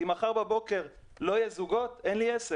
אם מחר בבוקר לא יהיו זוגות, אין לי עסק.